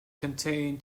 contain